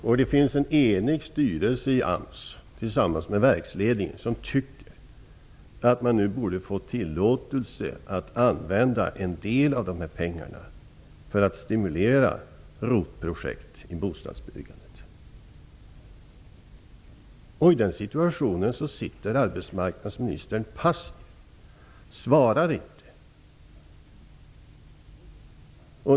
Dessutom tycker en enig styrelse och verksledningen på AMS att man nu borde tillåtas använda en del av de här pengarna för att stimulera ROT-projekt i fråga om bostadsbyggandet. I den situationen är arbetsmarknadsministern passiv. Han svarar inte.